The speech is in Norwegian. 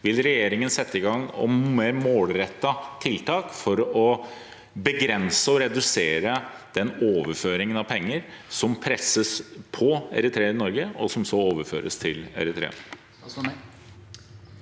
Vil regjeringen sette i gang mer målrettede tiltak for å begrense og redusere den overføringen av penger som eritreere i Norge presses til, som så overføres til Eritrea?